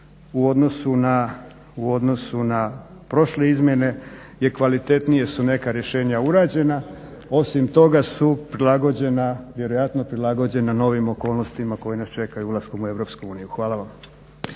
u odnosu na prošle izmjene je kvalitetnije su neka rješenja urađena. Osim toga su prilagođena, vjerojatno prilagođena novim okolnostima koja nas čekaju ulaskom u EU. Hvala vam.